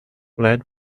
led